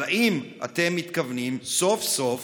אבל האם אתם מתכוונים סוף-סוף